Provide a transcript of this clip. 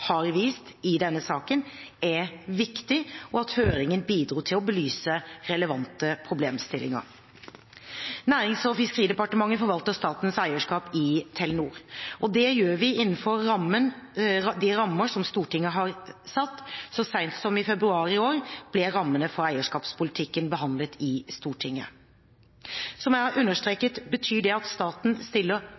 har vist i denne saken, er viktig, og at høringen bidro til å belyse relevante problemstillinger. Nærings- og fiskeridepartementet forvalter statens eierskap i Telenor. Det gjør vi innenfor de rammene som Stortinget har satt. Så sent som i februar i år ble rammene for eierskapspolitikken behandlet i Stortinget. Som jeg har understreket, betyr det at staten stiller